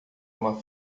uma